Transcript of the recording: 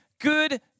good